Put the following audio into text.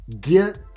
get